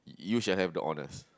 you shall have the honours